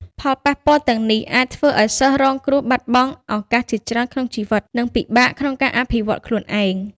ផលប៉ះពាល់ទាំងនេះអាចធ្វើឲ្យសិស្សរងគ្រោះបាត់បង់ឱកាសជាច្រើនក្នុងជីវិត និងពិបាកក្នុងការអភិវឌ្ឍខ្លួនឯង។